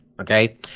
Okay